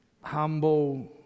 Humble